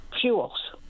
fuels